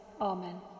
Amen